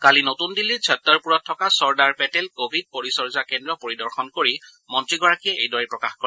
কালি নতুন দিল্লীৰ চট্টৰপুৰত থকা চৰ্দাৰ পেটেল ক ভিড পৰিচৰ্যা কেন্দ্ৰ পৰিদৰ্শন কৰি মন্ত্ৰীগৰাকীয়ে এইদৰে প্ৰকাশ কৰে